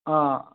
ꯑꯥ